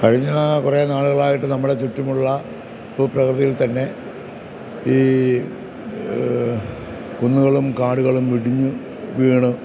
കഴിഞ്ഞ കുറെ നാളുകളായിട്ട് നമ്മളെ ചുറ്റുമുള്ള ഭൂപ്രകൃതിയിൽ തന്നെ ഈ കുന്നുകളും കാടുകളും ഇടിഞ്ഞുവീണ്